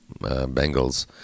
Bengals